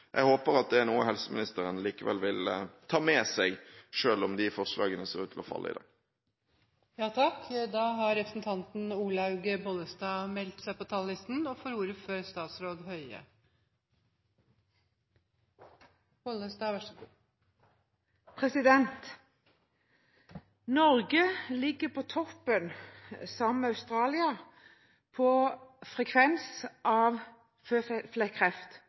Jeg håper det er noe helseministeren likevel vil ta med seg, selv om de forslagene ser ut til å falle i dag. Norge ligger, sammen med Australia, på toppen når det gjelder frekvens av føflekkreft.